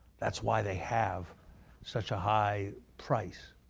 that's why they have such a high price.